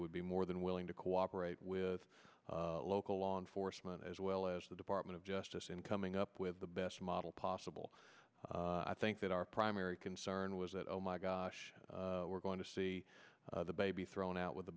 would be more than willing to cooperate with local law enforcement as well as the department of justice in coming up with the best model possible i think that our primary concern was that oh my gosh we're going to see the baby thrown out with the